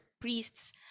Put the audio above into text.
priests